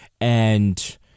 and-